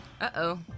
uh-oh